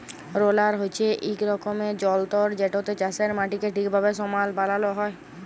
roller হছে ইক রকমের যল্তর যেটতে চাষের মাটিকে ঠিকভাবে সমাল বালাল হ্যয়